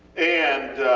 and